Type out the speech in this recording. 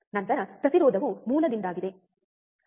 ನಂತರ ಪ್ರತಿರೋಧವು ಮೂಲದಿಂದಾಗಿ ಇದೆ